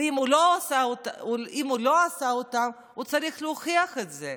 ואם הוא לא עשה אותם, הוא צריך להוכיח את זה.